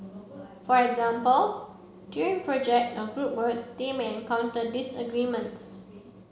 for example during project or group works they may encounter disagreements